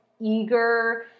eager